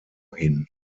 hin